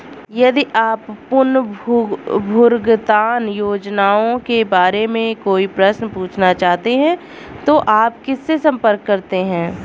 यदि आप पुनर्भुगतान योजनाओं के बारे में कोई प्रश्न पूछना चाहते हैं तो आप किससे संपर्क करते हैं?